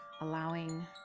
allowing